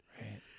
Right